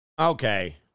Okay